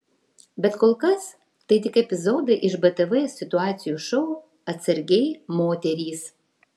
bet kol kas tai tik epizodai iš btv situacijų šou atsargiai moterys